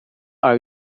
are